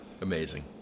Amazing